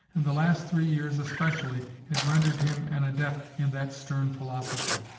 and the last three years especially had rendered him an adept in that stern philosophy.